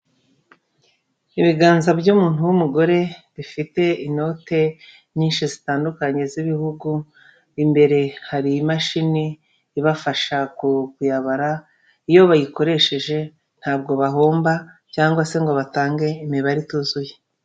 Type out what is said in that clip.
Ibiganza by'umuntu w'umugore bifite inote nyinshi zitandukanye z'ibihugu, imbere hari imashini ibafasha kuyabara, iyo bayikoresheje ntabwo bahomba cyangwa se ngo batange imibare ituzuye.